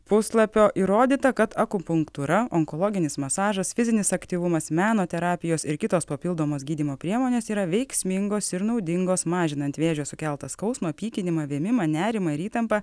puslapio įrodyta kad akupunktūra onkologinis masažas fizinis aktyvumas meno terapijos ir kitos papildomos gydymo priemonės yra veiksmingos ir naudingos mažinant vėžio sukeltą skausmą pykinimą vėmimą nerimą ir įtampą